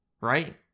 right